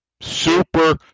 super